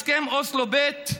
הסכם אוסלו ב'